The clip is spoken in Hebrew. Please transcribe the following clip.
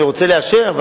ואני רוצה לאשר,